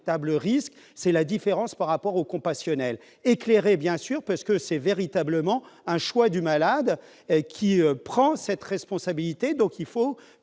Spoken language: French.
risque c'est la différence par rapport au compassionnel bien sûr parce que c'est véritablement un choix du malade qui prend cette responsabilité, donc il faut